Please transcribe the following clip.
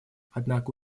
однако